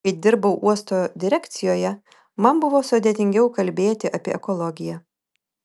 kai dirbau uosto direkcijoje man buvo sudėtingiau kalbėti apie ekologiją